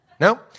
No